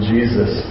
Jesus